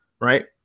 right